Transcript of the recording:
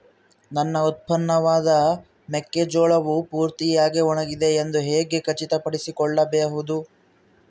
ನನ್ನ ಉತ್ಪನ್ನವಾದ ಮೆಕ್ಕೆಜೋಳವು ಪೂರ್ತಿಯಾಗಿ ಒಣಗಿದೆ ಎಂದು ಹೇಗೆ ಖಚಿತಪಡಿಸಿಕೊಳ್ಳಬಹುದು?